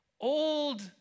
old